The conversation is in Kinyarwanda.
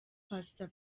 pastor